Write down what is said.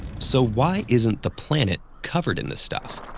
so why isn't the planet covered in the stuff?